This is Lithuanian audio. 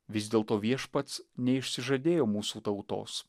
vis dėlto viešpats neišsižadėjo mūsų tautos